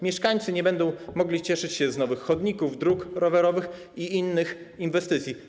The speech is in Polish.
Mieszkańcy nie będą mogli cieszyć się z nowych chodników, dróg rowerowych i innych inwestycji.